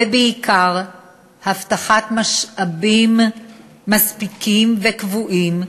ובעיקר הבטחת משאבים מספיקים וקבועים,